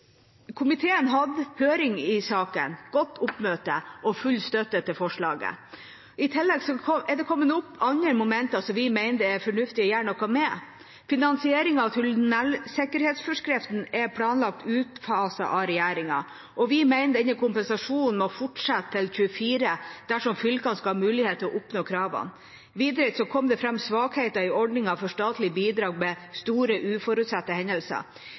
Komiteen hadde høring i saken, med godt oppmøte og full støtte til forslaget. I tillegg er det kommet opp andre momenter som vi mener det er fornuftig å gjøre noe med. Finansieringen av tunnelsikkerhetsforskriften er planlagt utfaset av regjeringen. Vi mener denne kompensasjonen må fortsette til 2024 dersom fylkene skal ha mulighet til å oppnå kravene. Videre kom det fram svakheter i ordningene for statlig bidrag ved store uforutsette hendelser.